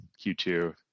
Q2